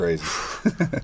crazy